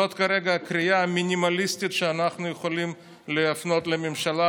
זאת כרגע הקריאה המינימלית שאנחנו יכולים להפנות לממשלה,